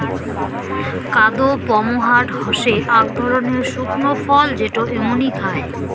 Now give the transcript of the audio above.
কাদপমহাট হসে আক ধরণের শুকনো ফল যেটো এমনি খায়